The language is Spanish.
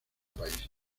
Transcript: país